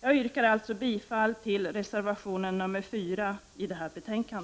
Jag yrkar alltså bifall till reservation nr 4 till detta betänkande.